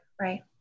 right